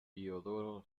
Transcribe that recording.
diodoro